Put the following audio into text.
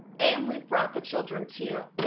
and we've brought the children, too.